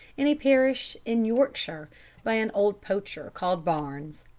in a parish in yorkshire by an old poacher called barnes.